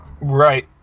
Right